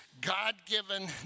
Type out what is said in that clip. God-given